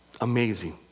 Amazing